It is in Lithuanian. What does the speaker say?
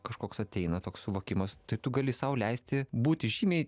kažkoks ateina toks suvokimas tai tu gali sau leisti būti žymiai